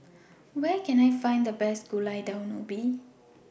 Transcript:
Where Can I Find The Best Gulai Daun Ubi